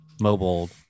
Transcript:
mobile